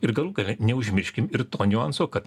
ir galų gale neužmirškim ir to niuanso kad